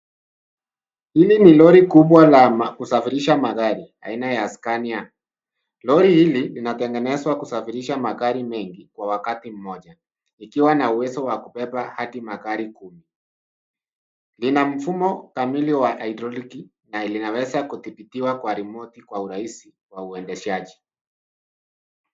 Hili ni lori kubwa la kusafirisha magari aina ya scania lori hili linatengenezwa kusafirisha magari mengi kwa wakati mmoja ikiwa na uwezo wa kubeba hadi magari kumi lina mfumo kamili wa haidroliki na linaweza kuthibitiwa na rimoti kwa urahisi wa uendeshaji